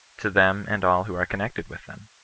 to them and all who are connected with them.